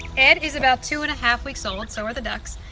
ed is about two and a half weeks old. so are the ducks.